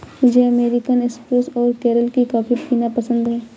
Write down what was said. मुझे American espresso और केरल की कॉफी पीना पसंद है